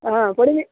ಹಾಂ ಕೊಡಿ